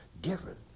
Different